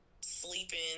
sleeping